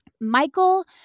Michael